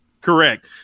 Correct